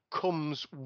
comes